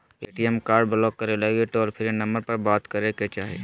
ATM card block करे लगी toll free number पर बात करे के चाही